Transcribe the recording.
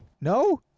no